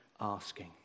asking